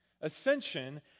ascension